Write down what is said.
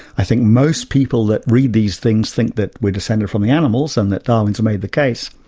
i think most people that read these things think that we're descended from the animals and that darwin's made the case.